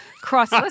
cross